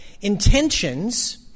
Intentions